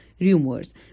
Rumors